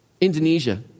Indonesia